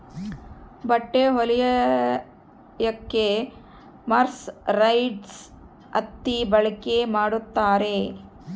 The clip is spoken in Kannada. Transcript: ಬಟ್ಟೆ ಹೊಲಿಯಕ್ಕೆ ಮರ್ಸರೈಸ್ಡ್ ಹತ್ತಿ ಬಳಕೆ ಮಾಡುತ್ತಾರೆ